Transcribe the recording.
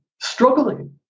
struggling